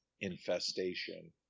infestation